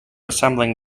assembling